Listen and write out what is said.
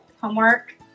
homework